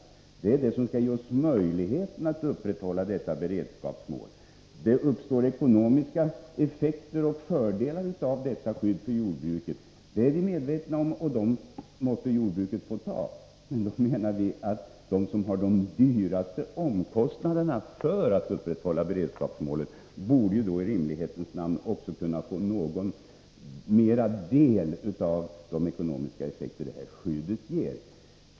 Det är just detta som skall ge oss möjligheter att upprätthålla beredskapen. Då menar vi att de som har de största omkostnaderna för att upprätthålla beredskapen borde i rimlighetens namn också kunna få en något större del av de ekonomiska fördelar detta skydd ger.